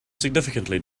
significantly